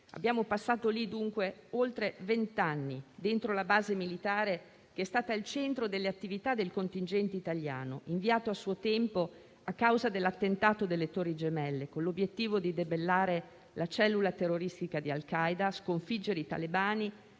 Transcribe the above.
Abbiamo passato oltre vent'anni lì, dentro la base militare che è stata il centro delle attività del contingente italiano inviato a suo tempo a causa dell'attentato alle Torri Gemelle, con l'obiettivo di debellare la cellula terroristica di Al Qaida, sconfiggere i talebani